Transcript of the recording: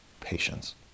patience